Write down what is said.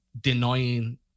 denying